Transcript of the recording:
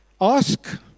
Ask